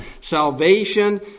Salvation